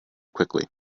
quickly